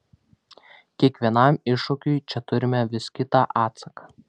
kiekvienam iššūkiui čia turime vis kitą atsaką